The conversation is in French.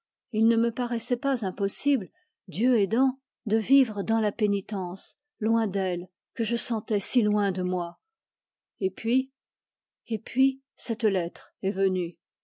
il ne me paraissait pas impossible dieu aidant de vivre dans la pénitence loin d'elle que je sentais si loin de moi et puis et puis cette lettre est venue